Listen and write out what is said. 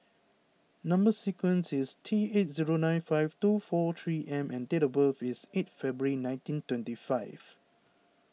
Number Sequence is T eight zero nine five two four three M and date of birth is eight February nineteen twenty five